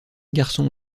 garçons